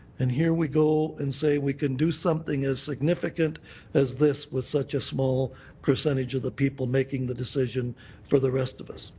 and here we go and say we can do something as significant as this with such a small percentage of the people making the decision for the rest of us.